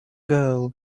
girl